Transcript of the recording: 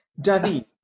David